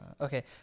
Okay